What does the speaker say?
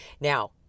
Now